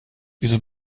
wieso